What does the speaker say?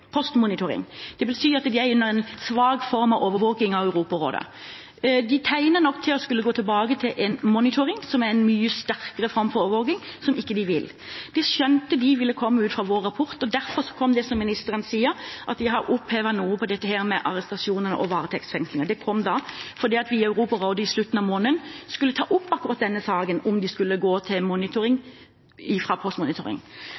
postmonitoring, det vil si at de er under en svak form for overvåking av Europarådet. Det tegner nok til at de skal gå tilbake til en monitoring, som er en mye sterkere form for overvåking, men som de ikke vil. De skjønte det ville komme ut fra vår rapport, og derfor skjedde det, som ministeren nevnte, at de opphevet noe på arrestasjonene og varetektsfengsling. Det kom fordi vi i Europarådet i slutten av måneden skulle ta opp akkurat denne saken om hvorvidt de skulle gå til